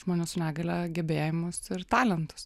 žmonių su negalia gebėjimus ir talentus